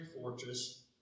fortress